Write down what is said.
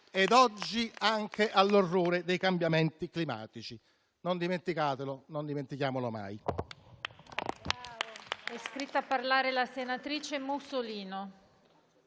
e, oggi, anche dei cambiamenti climatici. Non dimenticatelo. Non dimentichiamolo mai.